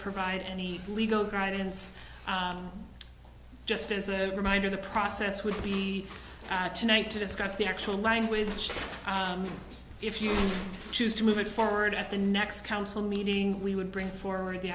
provide any legal guidance just as a reminder the process would be tonight to discuss the actual language if you choose to move it forward at the next council meeting we would bring forward the